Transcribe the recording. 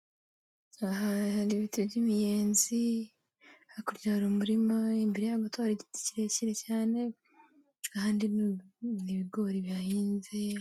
Aha hari ibiti by'imiyenzi, hakurya hari umurima, imbere y'aho gato hari igiti kirekire cyane, ahandi n'ibigori bihahinze.